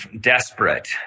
desperate